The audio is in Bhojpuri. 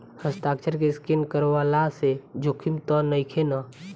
हस्ताक्षर के स्केन करवला से जोखिम त नइखे न?